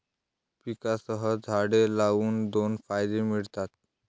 पिकांसह झाडे लावून दोन फायदे मिळतात